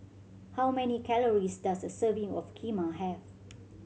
how many calories does a serving of Kheema have